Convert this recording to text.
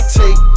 take